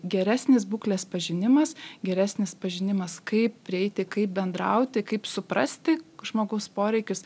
geresnis būklės pažinimas geresnis pažinimas kaip prieiti kaip bendrauti kaip suprasti žmogaus poreikius